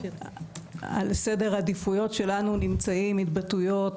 על סדר העדיפויות שלנו נמצאים התבטאויות